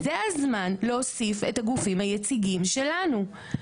זה הזמן להוסיף את הגופים היציגים שלנו.